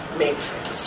matrix